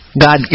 God